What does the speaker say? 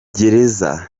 gereza